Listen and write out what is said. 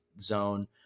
zone